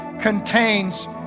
contains